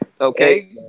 Okay